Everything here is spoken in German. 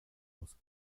muss